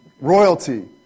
royalty